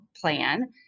plan